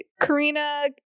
Karina